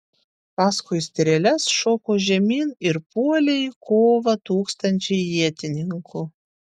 paskui strėles šoko žemyn ir puolė į kovą tūkstančiai ietininkų